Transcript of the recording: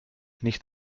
nicht